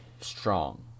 strong